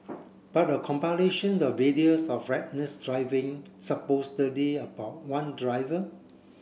but a compilation the videos of reckless driving supposedly about one driver